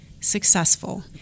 successful